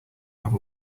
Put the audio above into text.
have